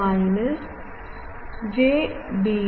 ചില സമയങ്ങളിൽ beta TE10 കൂടിയാണ്